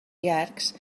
llargs